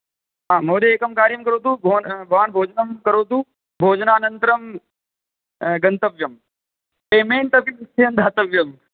महोदय एकं कार्यं करोतु भवान् भोजनं करोतु भोजनानन्तरं गन्तव्यं पेमेण्ट् अपि निश्चयेन् दातव्यं